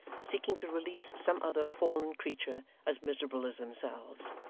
seeking to release some other fallen creature as miserable as themselves,